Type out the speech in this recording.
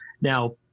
Now